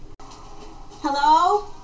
Hello